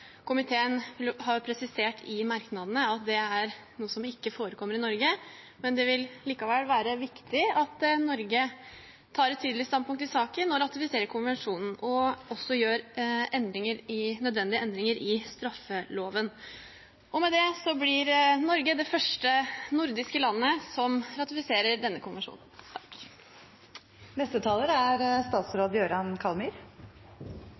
Komiteen har presisert i merknadene at dette er noe som ikke forekommer i Norge, men det vil likevel være viktig at Norge tar et tydelig standpunkt i saken, ratifiserer konvensjonen og gjør nødvendige endringer i straffeloven. Med det blir Norge det første nordiske landet som ratifiserer denne konvensjonen. FNs konvensjon om beskyttelse mot tvungen forsvinning fra 2006 er